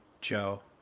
Joe